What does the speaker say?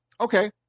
okay